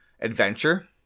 adventure